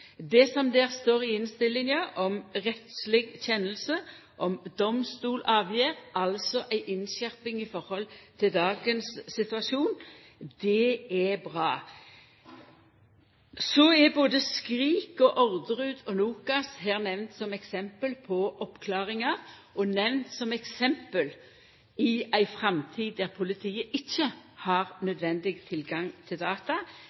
for politiet. Der har òg Datatilsynet gjeve uttrykk for at dei er med på ei endring. Og så må dagens tilgangsreglar uansett skjerpast. Det som det står i innstillinga om rettsleg avgjerd, om domstolsavgjerd, altså ei innskjerping i forhold til dagens situasjon, er bra. Så er både «Skrik»-saka, Orderud-saka og Nokas-saka her nemnde som eksempel på oppklaringar, og nemnde som eksempel